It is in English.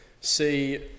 see